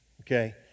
Okay